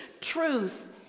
truth